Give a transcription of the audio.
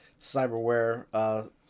cyberware